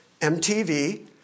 MTV